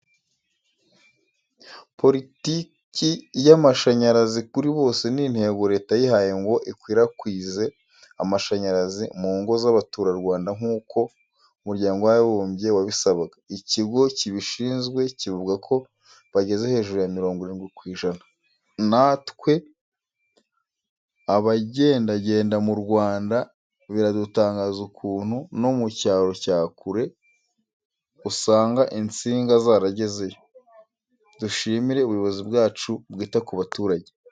Politiki y'amashanyarazi kuri bose, ni intego Leta yihaye ngo ikwirakwize amashanyarazi mu ngo z'abaturarwanda nk'uko umuryango wabibumbye wabisabaga. Ikigo kibishinzwe kivuga ko bageze hejuru ya mirongo irindwi ku ijana. Natwe abagendagenda mu Rwanda biradutangaza ukuntu no mu cyaro cya kure asanga insinga zaragezeyo. Dushimire ubuyobozi bwacu bwita ku baturage.